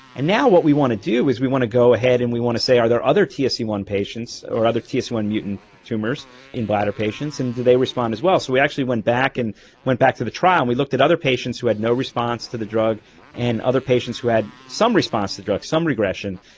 and now what we want to do is we want to go ahead and we want to say are there other t s e one patients or other t s e one mutant tumours in bladder patients and do they respond as well? so we actually went back and went back to the trial and we looked at other patients who had no response to the drug and other patients who had some response to the drug, some regression.